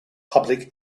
public